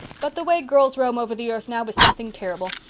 but the way girls roam over the earth now is something terrible.